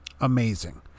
amazing